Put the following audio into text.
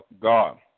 God